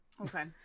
Okay